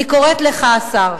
אני קוראת לך, השר: